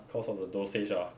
cause of the dosage ah